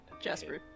Jasper